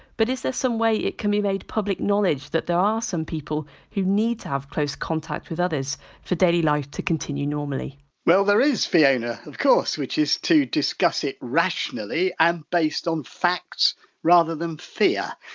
but is there some way it can be made public knowledge that there are some people who need to have close contact with others for daily life to continue normally well, there is fiona, of course, which is to discuss it rationally and based on facts rather than fear.